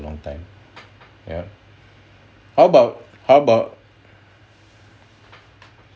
long time ya how about how about